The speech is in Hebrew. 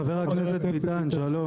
חבר הכנסת ביטן, שלום.